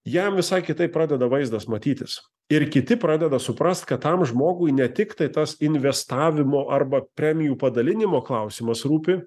jam visai kitaip pradeda vaizdas matytis ir kiti pradeda suprast kad tam žmogui ne tik tai tas investavimo arba premijų padalinimo klausimas rūpi